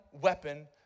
weapon